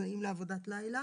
תנאים לעבודת לילה